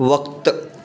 वक़्तु